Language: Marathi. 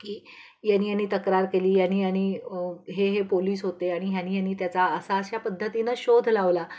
की यांनी यांनी तक्रार केली यांनी यांनी हे हे पोलिस होते आणि ह्यांनी ह्यांनी त्याचा असा अशा पद्धतीनं शोध लावला